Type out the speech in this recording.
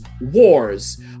wars